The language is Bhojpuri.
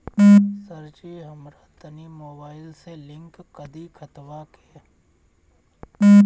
सरजी हमरा तनी मोबाइल से लिंक कदी खतबा के